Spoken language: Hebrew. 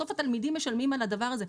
בסוף התלמידים משלמים על הדבר הזה,